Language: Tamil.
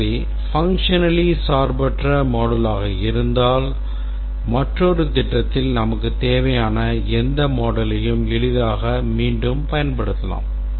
எனவே functionally சார்பற்ற modules ஆக இருந்தால் மற்றொரு திட்டத்தில் நமக்குத் தேவையான எந்த moduleயும் எளிதாக மீண்டும் பயன்படுத்தலாம்